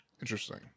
Interesting